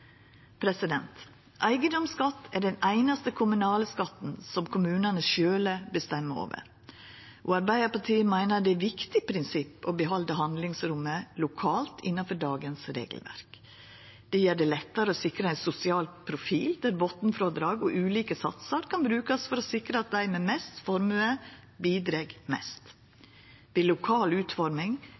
Eigedomsskatt er den einaste kommunale skatten kommunane sjølve bestemmer over, og Arbeidarpartiet meiner det er eit viktig prinsipp å behalda handlingsrommet lokalt innanfor dagens regelverk. Det gjer det lettare å sikra ein sosial profil, der botnfrådrag og ulike satsar kan brukast for å sikra at dei med mest formue bidreg mest. Ved lokal utforming